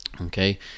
Okay